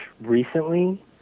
recently